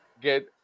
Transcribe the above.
get